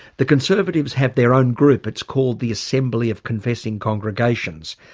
the conservatives have their own group it's called the assembly of confessing congregations.